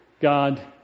God